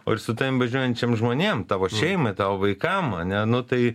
o ir su tavim važiuojančiam žmonėm tavo šeimai tau vaikam ane nu tai